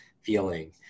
feeling